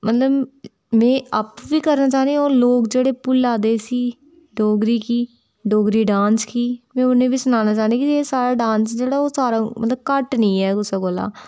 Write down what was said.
मतलव में आपूं बी करना चांह्न्नी ते लोक जेह्ड़े भुल्ला दे इस्सी डोगरी गी डोगरी डांस गी में उ'नें बी सुनाना चांह्न्नी कि साढ़ा डांस जेह्ड़ा ऐ कि घट्ट नेइयै कुसै कोला